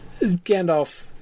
Gandalf